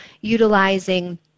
utilizing